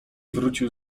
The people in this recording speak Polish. wrócił